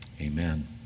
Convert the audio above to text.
Amen